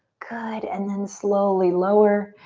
good, and then slowly lower.